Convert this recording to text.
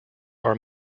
are